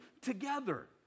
together